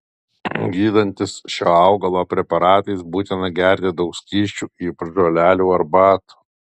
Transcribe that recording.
gydantis šio augalo preparatais būtina gerti daug skysčių ypač žolelių arbatų